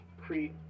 Crete